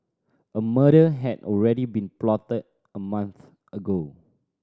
a murder had already been plotted a month ago